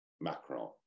Macron